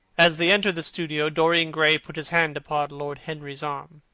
as they entered the studio, dorian gray put his hand upon lord henry's arm.